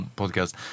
podcast